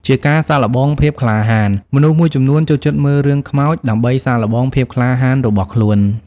ជាការសាកល្បងភាពក្លាហាន មនុស្សមួយចំនួនចូលចិត្តមើលរឿងខ្មោចដើម្បីសាកល្បងភាពក្លាហានរបស់ខ្លួន។